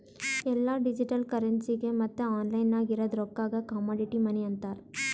ಎಲ್ಲಾ ಡಿಜಿಟಲ್ ಕರೆನ್ಸಿಗ ಮತ್ತ ಆನ್ಲೈನ್ ನಾಗ್ ಇರದ್ ರೊಕ್ಕಾಗ ಕಮಾಡಿಟಿ ಮನಿ ಅಂತಾರ್